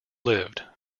lived